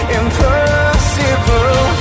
impossible